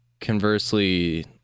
Conversely